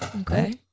okay